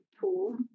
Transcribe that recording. tool